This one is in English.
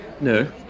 no